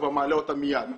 הוא כבר מעלה אותה מייד,